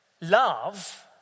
Love